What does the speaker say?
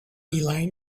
line